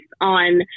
on